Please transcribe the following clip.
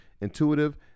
intuitive